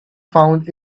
found